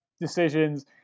decisions